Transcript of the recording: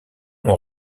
ont